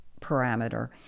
parameter